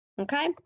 Okay